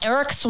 Eric